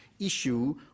issue